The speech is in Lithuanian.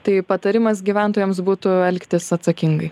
tai patarimas gyventojams būtų elgtis atsakingai